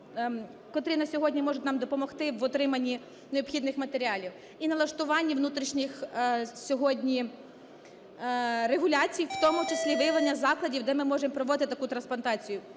котрі на сьогодні можуть нам допомогти в отриманні необхідних матеріалів і налаштуванні внутрішніх сьогодні регуляцій, в тому числі виявлення закладів, де ми можемо проводити таку трансплантацію.